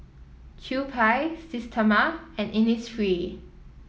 Kewpie Systema and Innisfree